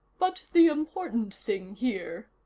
but the important thing here,